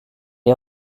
est